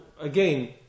again